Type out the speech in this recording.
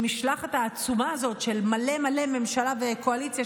במשלחת העצומה הזאת של מלא מלא ממשלה וקואליציה,